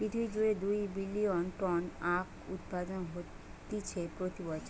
পৃথিবী জুড়ে দুই বিলিয়ন টন আখউৎপাদন হতিছে প্রতি বছর